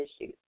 issues